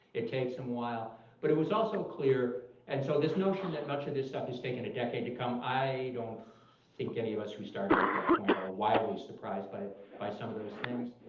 it takes them a while but it was also clear and so this notion that much of this stuff has taken a decade to come, i don't think any of us, who started at that point are wildly surprised by by some of those things.